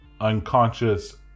unconscious